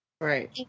Right